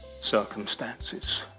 circumstances